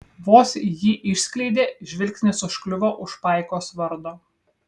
vos jį išskleidė žvilgsnis užkliuvo už paikos vardo